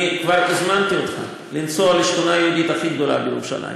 אני כבר הזמנתי אותך לנסוע לשכונה היהודית הכי גדולה בירושלים,